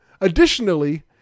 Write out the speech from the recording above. additionally